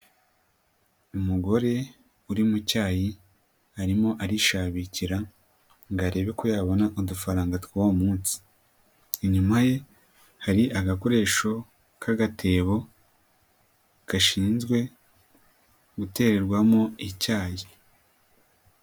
Umugore uri mu cyayi arimo arishabikira ngo arebe ko yabona udufaranga tw'uwo munsi, inyuma ye hari agakoresho k'agatebo gashinzwe gutererwamo icyayi.